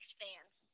fans